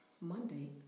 Monday